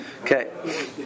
Okay